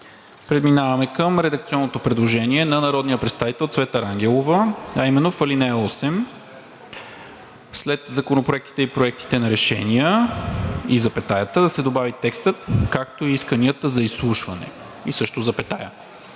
Преминаваме към редакционното предложение на народния представител Цвета Рангелова, а именно в ал. 8 след законопроектите и проектите на решения и запетаята да се добави текстът „както и исканията за изслушване“ и също запетая.